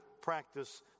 practice